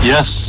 Yes